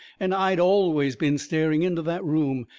and i'd always been staring into that room,